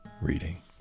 reading